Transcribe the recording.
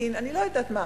ימתין אני לא יודעת למה.